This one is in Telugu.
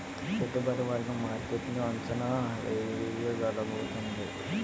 పెట్టుబడి వర్గం మార్కెట్ ను అంచనా వేయగలుగుతుంది